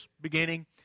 beginning